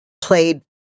played